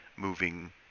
moving